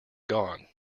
gone